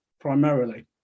primarily